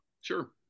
sure